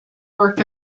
worked